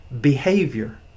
behavior